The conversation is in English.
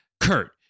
Kurt